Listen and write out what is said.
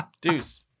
Deuce